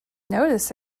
notice